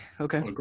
okay